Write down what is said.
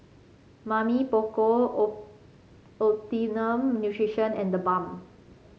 Mamy Poko O Optimum Nutrition and TheBalm